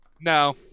No